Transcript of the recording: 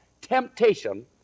temptation